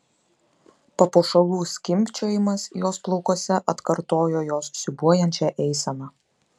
papuošalų skimbčiojimas jos plaukuose atkartojo jos siūbuojančią eiseną